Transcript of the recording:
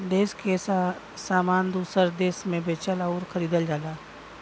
देस के सामान दूसर देस मे बेचल अउर खरीदल जाला